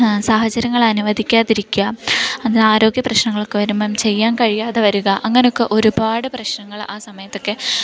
സാഹചര്യങ്ങൾ അനുവദിക്കാതിരിക്കുക അങ്ങനെ ആരോഗ്യ പ്രശ്നങ്ങളൊക്കെ വരുബം ചെയ്യാൻ കഴിയാതെ വരുക അങ്ങനൊക്കെ ഒരുപാട് പ്രശ്നങ്ങൾ ആ സമയത്തൊക്കെ